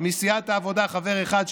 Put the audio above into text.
מסיעת העבודה חבר אחד,